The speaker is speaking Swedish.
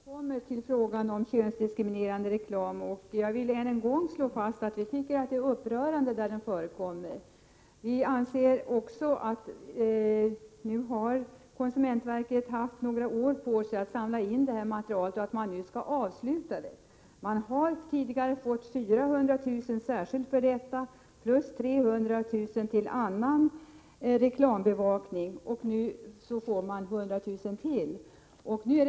Herr talman! Inga-Britt Johansson återkommer till frågan om könsdiskriminerande reklam. Jag vill än en gång slå fast att vi finner sådan reklam upprörande. Vi anser också att konsumentverket skall avsluta sitt uppdrag, eftersom man nu har haft några år på sig att samla in detta material. Konsumentverket har tidigare tilldelats 400 000 kr. särskilt för denna uppgift, förutom 300 000 kr. för annan reklambevakning. Nu får man ytterligare 100 000 kr.